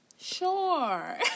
sure